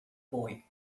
boy